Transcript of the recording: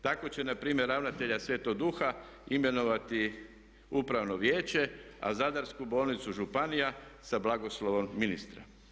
Tako će npr. ravnatelja Svetog Duha imenovati upravno vijeće a Zadarsku bolnicu županija sa blagoslovom ministra.